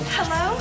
Hello